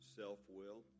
self-will